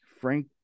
Frank